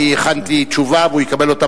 הכנתי תשובה והוא יקבל אותה,